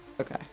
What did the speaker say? Okay